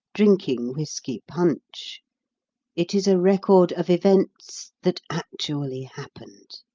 drinking whisky punch it is a record of events that actually happened.